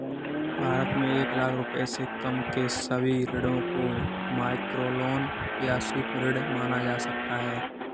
भारत में एक लाख रुपए से कम के सभी ऋणों को माइक्रोलोन या सूक्ष्म ऋण माना जा सकता है